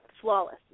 flawless